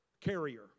carrier